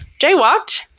jaywalked